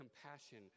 compassion